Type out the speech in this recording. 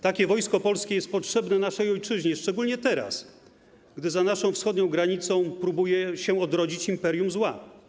Takie Wojsko Polskie jest potrzebne naszej ojczyźnie, szczególnie teraz, gdy za naszą wschodnią granicą próbuje się odrodzić imperium zła.